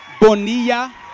Bonilla